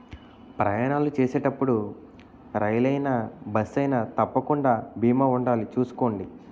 ప్రయాణాలు చేసేటప్పుడు రైలయినా, బస్సయినా తప్పకుండా బీమా ఉండాలి చూసుకోండి